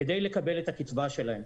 כדי לקבל את הקצבה שלהם.